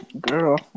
Girl